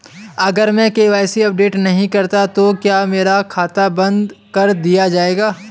अगर मैं KYC update नहीं करता तो क्या मेरा खाता बंद कर दिया जाएगा?